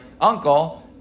uncle